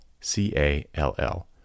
C-A-L-L